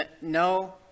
no